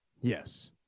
Yes